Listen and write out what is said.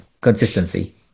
Consistency